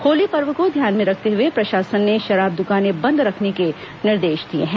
होली पर्व को ध्यान में रखते हुए प्रशासन ने शराब दुकानें बंद रखने के निर्देश दिए हैं